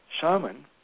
shaman